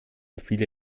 viele